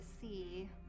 see